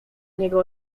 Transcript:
niego